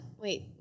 Wait